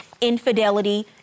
infidelity